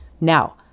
Now